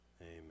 Amen